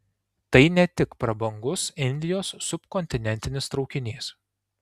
tai ne tik prabangus indijos subkontinentinis traukinys